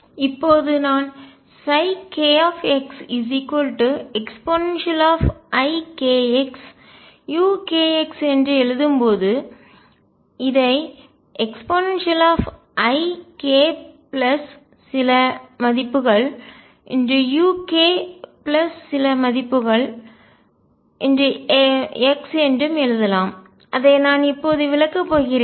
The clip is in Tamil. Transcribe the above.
இப்போது நான் kxeikxuk என்று எழுதும்போது இதை eikuk என்றும் எழுதலாம் அதை நான் இப்போது விளக்கப் போகிறேன்